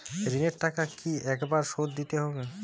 ঋণের টাকা কি একবার শোধ দিতে হবে?